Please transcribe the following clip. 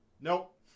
Nope